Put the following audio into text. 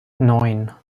neun